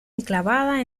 enclavada